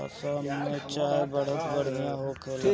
आसाम के चाय बड़ा बढ़िया होला